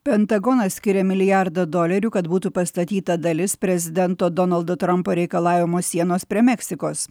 pentagonas skyrė milijardą dolerių kad būtų pastatyta dalis prezidento donaldo trampo reikalaujamos sienos prie meksikos